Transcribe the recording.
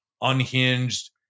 unhinged